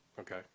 Okay